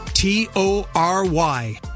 T-O-R-Y